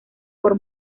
por